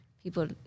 people